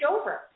over